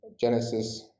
genesis